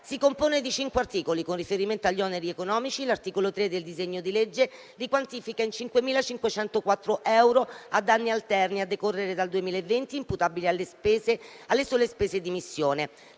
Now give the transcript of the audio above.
si compone di cinque articoli. Con riferimento agli oneri economici, l'articolo 3 del disegno di legge li quantifica in 5.504 euro ad anni alterni a decorrere dal 2020 imputabili alle sole spese di missione.